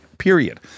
Period